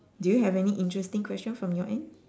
do you have any interesting question from your end